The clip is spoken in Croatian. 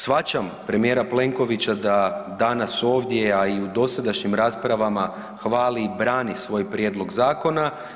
Shvaćam premijera Plenkovića da danas ovdje, a i u dosadašnjim raspravama hvali i brani svoj prijedlog zakona.